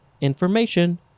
information